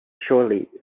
shortly